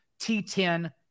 T10